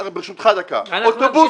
ברשותך, דקה, אוטובוסים.